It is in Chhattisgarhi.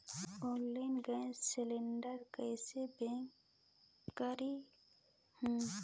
ऑनलाइन गैस सिलेंडर कइसे बुक करहु?